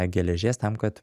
geležies tam kad